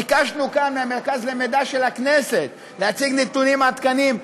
ביקשנו כאן ממרכז המחקר והמידע של הכנסת להציג נתונים עדכניים,